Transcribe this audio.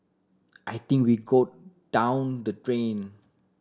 I think we go down the drain